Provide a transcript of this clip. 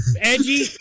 edgy